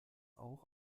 auch